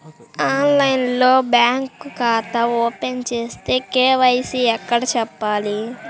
ఆన్లైన్లో బ్యాంకు ఖాతా ఓపెన్ చేస్తే, కే.వై.సి ఎక్కడ చెప్పాలి?